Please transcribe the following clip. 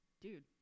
dude